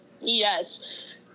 Yes